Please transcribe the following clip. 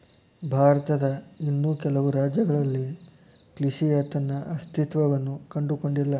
ಭಾರತದ ಇನ್ನೂ ಕೆಲವು ರಾಜ್ಯಗಳಲ್ಲಿ ಕೃಷಿಯ ತನ್ನ ಅಸ್ತಿತ್ವವನ್ನು ಕಂಡುಕೊಂಡಿಲ್ಲ